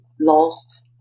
lost